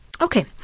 Okay